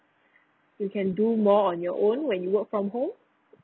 you can do more on your own when you work from home